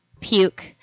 puke